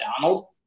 Donald